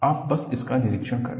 आप बस इसका निरीक्षण करें